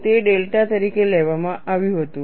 તે ડેલ્ટા તરીકે લેવામાં આવ્યું હતું